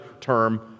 term